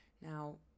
Now